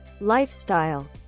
lifestyle